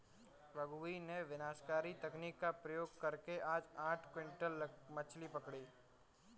रघुवीर ने विनाशकारी तकनीक का प्रयोग करके आज आठ क्विंटल मछ्ली पकड़ा